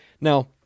now